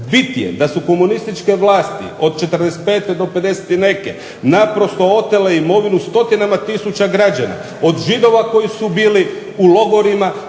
Bit je da su komunističke vlasti od '45. do '50. i neke naprosto otele imovinu stotinama tisuća građana od Židova koji su bili u logorima,